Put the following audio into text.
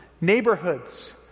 neighborhoods